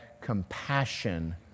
compassion